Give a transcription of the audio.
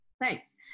thanks